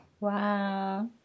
Wow